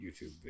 YouTube